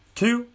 two